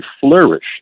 flourish